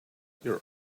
your